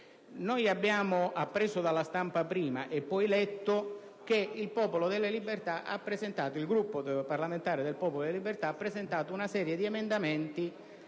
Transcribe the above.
Noi abbiamo appreso dalla stampa, prima, e poi letto che il Gruppo parlamentare del Popolo della Libertà ha presentato una serie di emendamenti